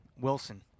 Wilson